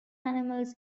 animals